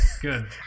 Good